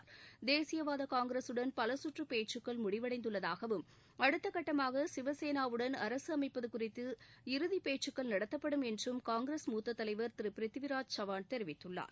பேச்சுக்கள் தேசியவாத பல சுற்று முடிவடைந்துள்ளதாகவும் அடுத்த கட்டமாக சிவசேனாவுடன் அரசு அமைப்பது குறித்து இறுதி பேச்சுக்கள் நடத்தப்படும் என்றும் காங்கிரஸ் மூத்த தலைவர் திரு பிரித்விராஜ் சவான் தெரிவித்துள்ளார்